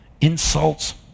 insults